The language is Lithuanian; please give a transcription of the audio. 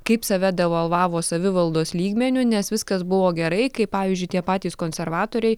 kaip save devalvavo savivaldos lygmeniu nes viskas buvo gerai kai pavyzdžiui tie patys konservatoriai